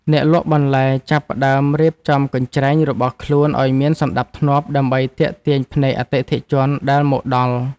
អ្នកលក់បន្លែចាប់ផ្ដើមរៀបចំកញ្ច្រែងរបស់ខ្លួនឱ្យមានសណ្ដាប់ធ្នាប់ដើម្បីទាក់ទាញភ្នែកអតិថិជនដែលមកដល់។